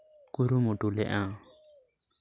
ᱠᱩᱨᱩᱢᱩᱴᱩ ᱞᱮᱫᱼᱟ